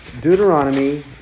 Deuteronomy